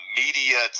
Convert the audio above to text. media